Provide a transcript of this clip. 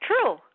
true